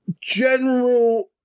general